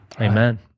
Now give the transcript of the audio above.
Amen